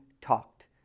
talked